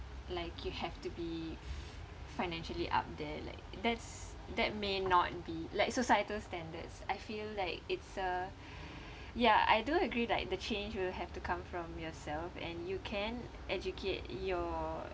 like you have to be financially up there like that's that may not be like societal standards I feel like it's a ya I do agree like the change will have to come from yourself and you can educate your